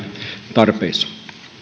tarpeissa